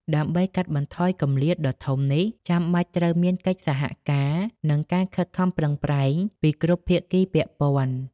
ដើម្បីកាត់បន្ថយគម្លាតដ៏ធំនេះ ចាំបាច់ត្រូវមានកិច្ចសហការ និងការខិតខំប្រឹងប្រែងពីគ្រប់ភាគីពាក់ព័ន្ធ។